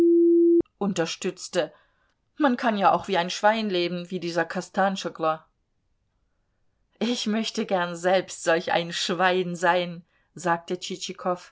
unterstützte man kann ja auch wie ein schwein leben wie dieser kostanschoglo ich möchte gern selbst solch ein schwein sein sagte